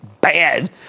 bad